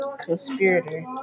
conspirator